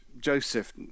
Joseph